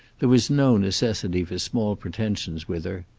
there was no necessity for small pretensions with her.